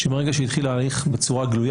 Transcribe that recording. שברגע שהתחיל ההליך בצורה גלויה,